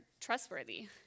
trustworthy